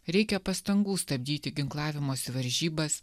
reikia pastangų stabdyti ginklavimosi varžybas